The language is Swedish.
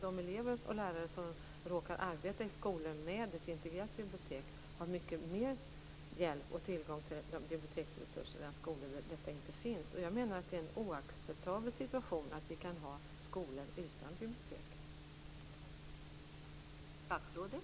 De elever och lärare som arbetar i skolor med ett integrerat bibliotek har mycket större hjälp av och tillgång till biblioteksresurser än elever och lärare i skolor där detta inte finns. Jag menar att det är en oacceptabel situation att vi kan ha skolor utan bibliotek.